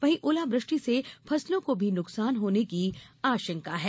वहीं ओलावृष्टि से फसलों को भी नुकसान होने की आशंका है